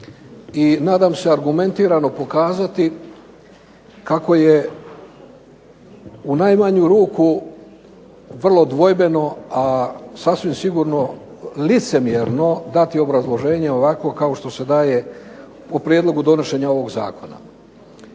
nadam se argumentirano pokazati kako je u najmanju ruku vrlo dvojbeno, a sasvim sigurno licemjerno dati obrazloženje ovakvo kao što se daje u prijedlogu donošenja ovog zakona.